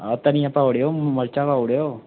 आं धनिया पाई ओड़ेओ मर्चां पाई ओड़ेओ